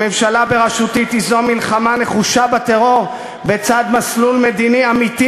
הממשלה בראשותי תיזום מלחמה נחושה בטרור בצד מסלול מדיני אמיתי,